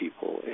people